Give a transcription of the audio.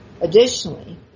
Additionally